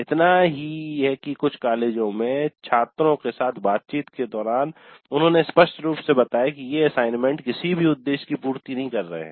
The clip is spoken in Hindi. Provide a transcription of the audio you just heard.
इतना ही कि कुछ कॉलेजों में छात्रों के साथ बातचीत के दौरान उन्होंने स्पष्ट रूप से बताया कि ये असाइनमेंट किसी भी उद्देश्य की पूर्ति नहीं कर रहे हैं